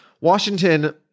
washington